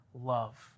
love